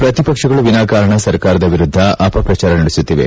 ಪ್ರತಿಪಕ್ಷಗಳು ವಿನಾಕಾರಣ ಸರ್ಕಾರದ ವಿರುದ್ದ ಅಪಪ್ರಚಾರ ನಡೆಸುತ್ತಿವೆ